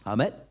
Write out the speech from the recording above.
Amen